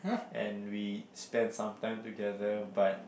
and we spent some time together but